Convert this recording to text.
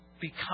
become